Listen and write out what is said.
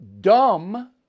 dumb